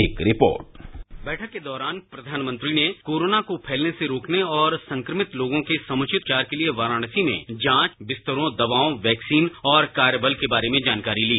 एक रिपोर्ट बैठकर्क दौरान श्री मोदी ने कोरोना को प्रैलने से रोकने और संक्रमित लोगों के समुवित उपचारके लिए वाराणसी में जांचबिस्तरों दवाओं वैक्सीन और कार्य बल के बारेमें जानकारी ली